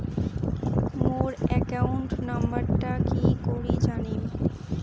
মোর account নাম্বারটা কি করি জানিম?